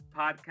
Podcast